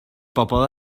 bobl